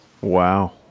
wow